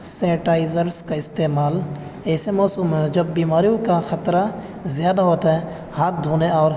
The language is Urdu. سینیٹائزرس کا استعمال ایسے موسم میں جب بیماریوں کا خطرہ زیادہ ہوتا ہے ہاتھ دھونے اور